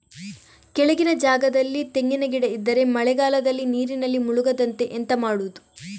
ಕೆಳಗಿನ ಜಾಗದಲ್ಲಿ ತೆಂಗಿನ ಗಿಡ ಇದ್ದರೆ ಮಳೆಗಾಲದಲ್ಲಿ ನೀರಿನಲ್ಲಿ ಮುಳುಗದಂತೆ ಎಂತ ಮಾಡೋದು?